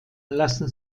lassen